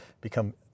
become